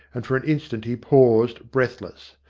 and for an instant he paused, breathless.